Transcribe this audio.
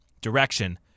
Direction